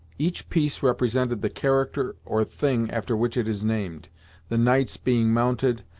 each piece represented the character or thing after which it is named the knights being mounted,